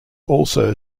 also